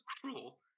cruel